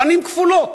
פנים כפולות.